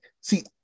See